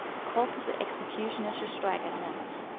called to the executioner to strike at once.